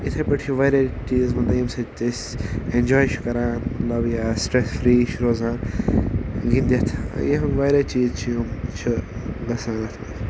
اِتھَے پٲٹھۍ چھِ واریاہ ٹیٖمٕز بَنان ییٚمہِ سۭتۍ أسۍ اٮ۪نجاے چھِ کَران مطلب یا سٹرٛٮ۪س فِرٛی چھِ روزان گِنٛدِتھ یا ہُم واریاہ چیٖز چھِ ہُم چھِ گژھان اَتھ منٛز